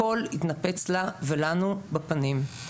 הכול התנפץ לה ולנו בפנים.